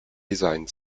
design